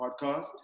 Podcast